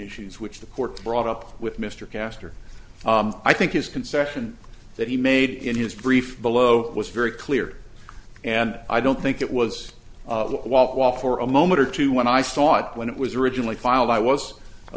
issues which the court brought up with mr castor i think his concession that he made in his brief below was very clear and i don't think it was a walk off for a moment or two when i saw it when it was originally filed i was a